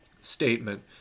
statement